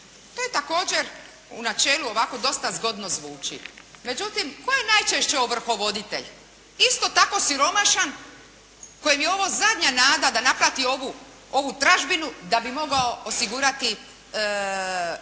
To je također u načelu ovako dosta zgodno zvuči, međutim tko je najčešće ovrhovoditelj. Isto tako siromašan kojem je ovo zadnja nada da naplati ovu tražbinu da bi mogao osigurati sredstva